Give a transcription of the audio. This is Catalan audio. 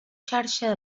xarxa